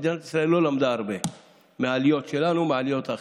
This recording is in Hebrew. מדינת ישראל לא למדה הרבה מהעליות שלנו ומהעליות האחרות.